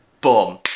boom